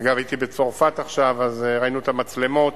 אגב, הייתי בצרפת עכשיו, אז ראינו את המצלמות,